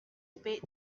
spade